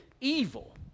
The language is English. evil